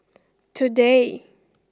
today